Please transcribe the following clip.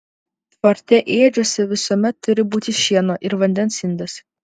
tvarte ėdžiose visuomet turi būti šieno ir vandens indas